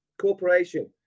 Corporation